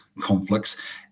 conflicts